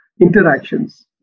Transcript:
interactions